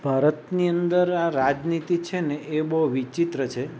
ભારતની અંદર આ રાજનીતિ છેને એ બહુ વિચિત્ર છે